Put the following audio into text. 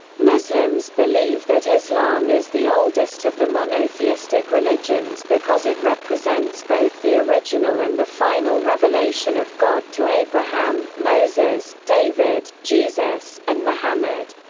muslims believe that islam is the oldest of the monotheistic religions because it represents both the original and the final revelation of god to abraham, moses, david, jesus, and muhammad.